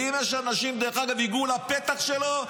ואם יש אנשים שהגיעו לפתח שלו,